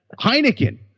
Heineken